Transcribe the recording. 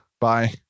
Bye